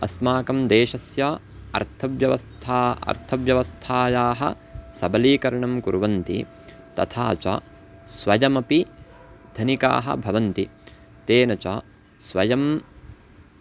अस्माकं देशस्य अर्थव्यवस्था अर्थव्यवस्थायाः सबलीकरणं कुर्वन्ति तथा च स्वयमपि धनिकाः भवन्ति तेन च स्वयं